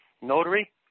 notary